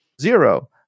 zero